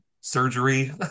surgery